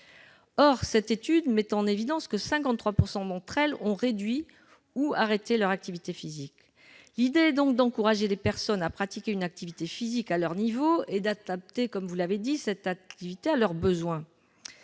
Or, cette étude met aussi en évidence que 53 % d'entre elles ont réduit ou cessé leur activité physique. L'idée est donc d'encourager les personnes à pratiquer une activité physique à leur niveau et d'adapter cette activité à leurs besoins.